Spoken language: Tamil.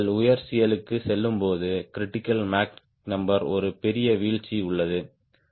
நீங்கள் உயர் CL க்குச் செல்லும்போது கிரிட்டிக்கல் மேக் நம்பர் ஒரு பெரிய வீழ்ச்சி உள்ளது Mcr